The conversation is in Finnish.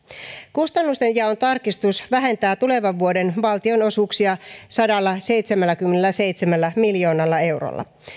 kustannustenjaon tarkistus vähentää tulevan vuoden valtionosuuksia sadallaseitsemälläkymmenelläseitsemällä miljoonalla eurolla